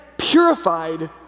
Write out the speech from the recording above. purified